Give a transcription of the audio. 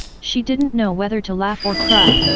she didn't know whether to laugh or cry,